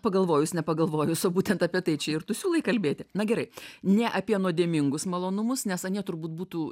pagalvojus nepagalvojus o būtent apie tai čia ir tu siūlai kalbėti na gerai ne apie nuodėmingus malonumus nes anie turbūt būtų